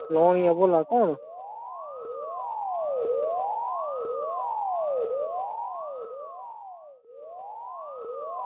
लुहानियां बोल्ला दे कु'न